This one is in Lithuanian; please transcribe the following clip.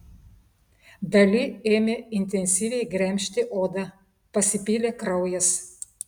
dali ėmė intensyviai gremžti odą pasipylė kraujas